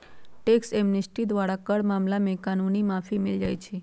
tax amnesty द्वारा कर मामला में कानूनी माफी मिल जाइ छै